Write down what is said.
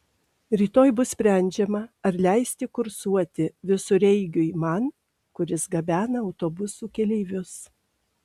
rytoj bus sprendžiama ar leisti kursuoti visureigiui man kuris gabena autobusų keleivius